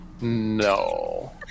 No